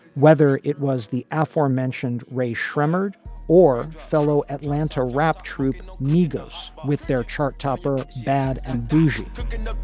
whether it was the aforementioned ray shrimper or fellow atlanta rap troupe migos with their chart topper bad and boozy, and um